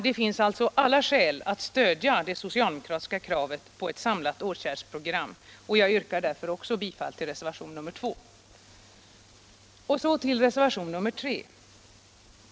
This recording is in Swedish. Det finns alltså alla skäl att stödja det socialdemokratiska kravet på ett samlat åtgärdsprogram, och jag yrkar därför bifall också till reservationen 2. Så till reservationen 3.